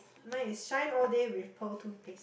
mine is shine all day with pearl toothpaste